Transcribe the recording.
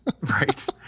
Right